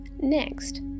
next